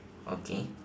okay